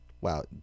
Wow